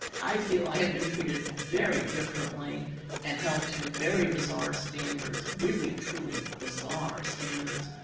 i feel i have been treated very differently and held to very bizarre standards really, truly bizarre standards.